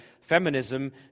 feminism